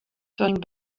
turning